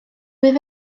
wyf